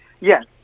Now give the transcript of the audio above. yes